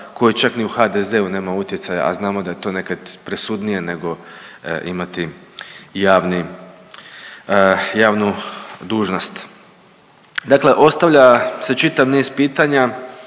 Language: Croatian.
koji čak ni u HDZ-u nema utjecaja, a znamo da je to nekad presudnije nego imati javni, javnu dužnost. Dakle, ostavlja se čitav niz pitanja